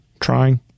trying